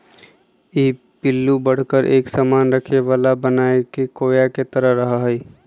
ई पिल्लू बढ़कर एक सामान रखे वाला बनाके कोया के तरह रहा हई